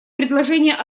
предложения